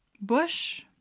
bush